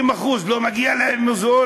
20% לא מגיע להם מוזיאון?